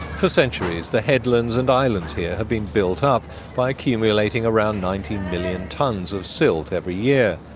for centuries the headlands and islands here have been built up by accumulating around nineteen million tonnes of silt every year.